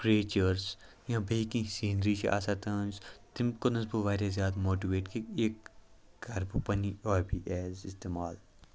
creatures یا بیٚیہِ کیٚنٛہہ سیٖنری چھِ آسان تٕہٕنٛز تَمہِ کوٚرنَس بہٕ واریاہ زیادٕ ماٹِویٹ کہِ یہِ کَرٕ بہٕ پَنٕنۍ ہابی ایز استعمال